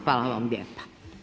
Hvala vam lijepa.